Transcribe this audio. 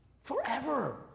forever